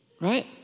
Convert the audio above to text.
Right